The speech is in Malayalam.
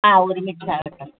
ആ ഒരു മീറ്റർ ആകട്ടെ